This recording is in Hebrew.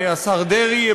השר דרעי,